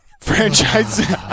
franchise